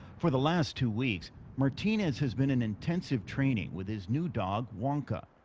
for the last two weeks martinez has been in intensive training with his new dog wonka.